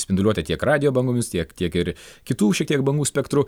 spinduliuotę tiek radijo bangomis tiek tiek ir kitų šiek tiek bangų spektru